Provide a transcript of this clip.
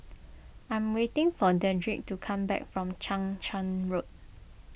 I'm waiting for Dedric to come back from Chang Charn Road